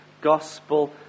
gospel